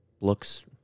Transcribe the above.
looks